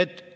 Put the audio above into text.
üks